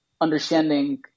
understanding